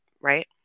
right